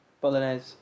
Bolognese